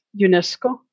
UNESCO